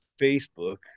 Facebook